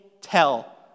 tell